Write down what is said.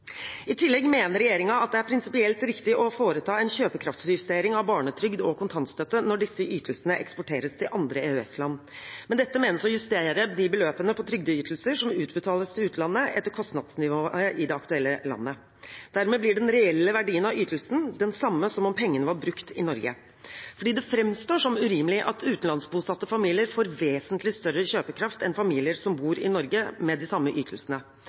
I tillegg mener regjeringen at det er prinsipielt riktig å foreta en kjøpekraftsjustering av barnetrygd og kontantstøtte når disse ytelsene eksporteres til andre EØS-land. Med dette menes å justere de beløpene for trygdeytelser som utbetales til utlandet, etter kostnadsnivået i det aktuelle landet. Dermed blir den reelle verdien av ytelsen den samme som om pengene var brukt i Norge. Det fremstår som urimelig at utenlandsbosatte familier får vesentlig større kjøpekraft enn familier som bor i Norge med de samme ytelsene.